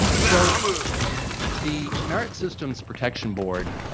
so the merit systems protection board,